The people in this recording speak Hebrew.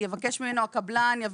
יביא לו מסמכים,